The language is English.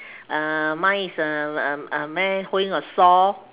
mine is a a a man holding a saw